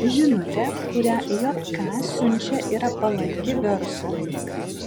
žinutė kurią jk siunčia yra palanki verslui